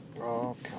Okay